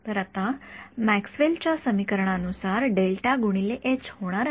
तर आता मॅक्सवेल च्या समीकरणा नुसार होणार आहे